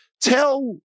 Tell